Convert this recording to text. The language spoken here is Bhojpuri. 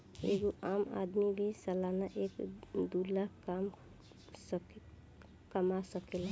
एगो आम आदमी भी सालाना एक दू लाख कमा सकेला